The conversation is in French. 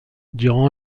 durant